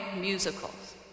musicals